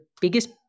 biggest